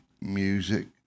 music